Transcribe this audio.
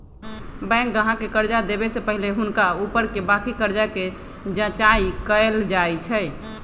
bank गाहक के कर्जा देबऐ से पहिले हुनका ऊपरके बाकी कर्जा के जचाइं कएल जाइ छइ